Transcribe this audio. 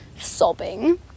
sobbing